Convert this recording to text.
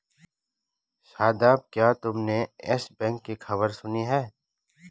शादाब, क्या तुमने Yes Bank की खबर सुनी है?